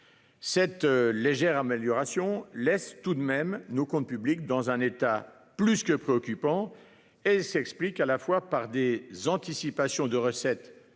Cette légère amélioration, qui laisse tout de même nos comptes publics dans un état plus que préoccupant, s'explique à la fois par des anticipations de recettes plus